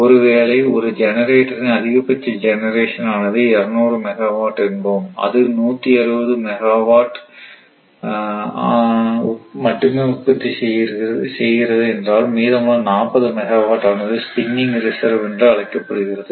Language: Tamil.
ஒருவேளை ஒரு ஜெனெரேட்டரின் அதிகபட்ச ஜெனெரசன் ஆனது 200 மெகாவாட் என்போம் அது 160 மெகாவாட் மட்டுமே உற்பத்தி செய்கிறது என்றால் மீதமுள்ள 40 மெகாவாட் ஆனது ஸ்பின்னிங் ரிசர்வ் என்று அழைக்கப்படுகிறது